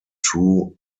true